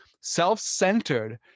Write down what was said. self-centered